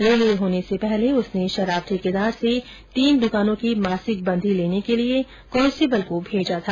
relieve होने से पहले उसने शराब ठेकेदार से तीन दुकानों की मासिक बंधी लेने के लिए कांस्टेबल को भेजा था